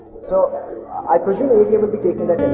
so i presume ada will be taking that